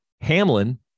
Hamlin